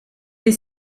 des